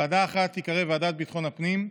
ועדה אחת תיקרא ועדת ביטחון הפנים,